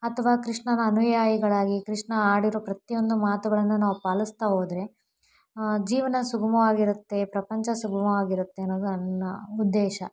ಅಥವಾ ಕೃಷ್ಣನ ಅನುಯಾಯಿಗಳಾಗಿ ಕೃಷ್ಣ ಆಡಿರೋ ಪ್ರತಿಯೊಂದು ಮಾತುಗಳನ್ನು ನಾವು ಪಾಲಿಸ್ತಾ ಹೋದ್ರೆ ಜೀವನ ಸುಗಮವಾಗಿರತ್ತೆ ಪ್ರಪಂಚ ಸುಗಮವಾಗಿರತ್ತೆ ಅನ್ನೋದು ನನ್ನ ಉದ್ದೇಶ